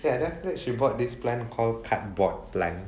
ya then after that she bought this plant called cardboard plant